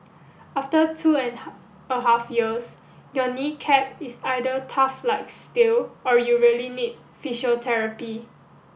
after two and a half years your knee cap is either tough like steel or you really need physiotherapy